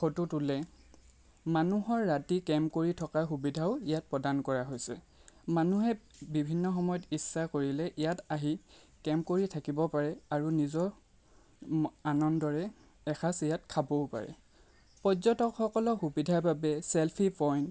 photo তোলে মানুহে ৰাতি কেম্প কৰি থকাৰ সুবিধাও ইয়াত প্ৰদান কৰা হৈছে মানুহে বিভিন্ন সময়ত ইচ্ছা কৰিলে ইয়াত আহি কেম্প কৰি থাকিব পাৰে আৰু নিজৰ আনন্দৰে এসাজ ইয়াত খাবও পাৰে পৰ্যটকসকলৰ সুবিধাৰ বাবে ছেল্ফি পইণ্ট